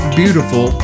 beautiful